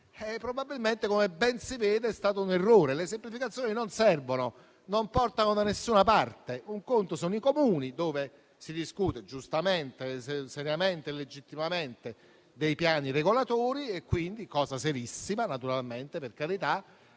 probabilmente - come ben si vede - è stato un errore. Le semplificazioni non servono, non portano da nessuna parte: i Comuni sono gli enti dove si discute, giustamente, seriamente e legittimamente dei piani regolatori, quindi di cose serissime, naturalmente, per carità,